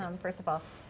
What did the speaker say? um first of all,